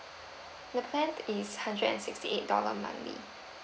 the plan is hundred and sixty eight dollar monthly